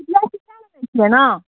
हँ